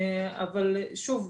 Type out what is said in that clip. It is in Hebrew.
אבל שוב,